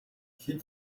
хэд